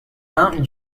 mountain